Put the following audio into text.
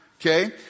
Okay